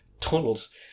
tunnels